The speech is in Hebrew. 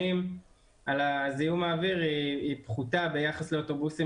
בינעירוניים על זיהום האוויר היא פחותה ביחס לאוטובוסים